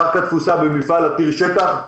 קרקע תפוסה במפעל עתיר שטח,